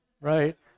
right